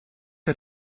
der